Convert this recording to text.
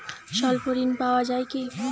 স্বল্প ঋণ পাওয়া য়ায় কি?